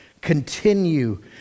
Continue